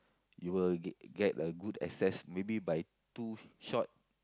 you will get get a good access maybe by two shot